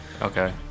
Okay